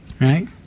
Right